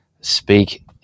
speak